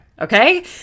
Okay